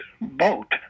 boat